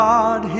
God